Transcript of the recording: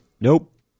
Nope